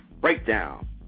breakdown